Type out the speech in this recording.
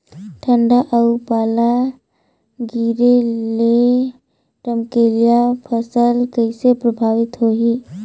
ठंडा अउ पाला गिरे ले रमकलिया फसल कइसे प्रभावित होही?